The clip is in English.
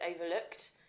overlooked